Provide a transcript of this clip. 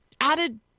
added